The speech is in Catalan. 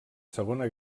segona